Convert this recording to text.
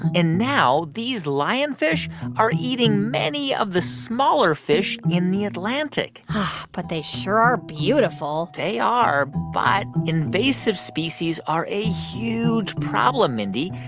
and now these lionfish are eating many of the smaller fish in the atlantic but they sure are beautiful they are. but invasive species are a huge problem, mindy.